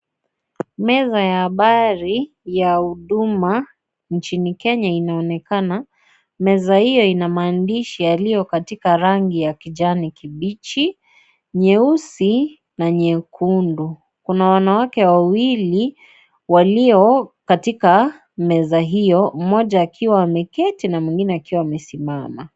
Meza ya habari ya Huduma inchini Kenya inaonekana. Meza hiyo ina maandishi yaliyo katika rangi ya kijani kibichi, nyeusi na nyekundu. Kuna wanawake wawili walio katika meza hiyo, mmoja akiwa ameketi na mwingine akiwa amesimama.